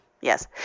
Yes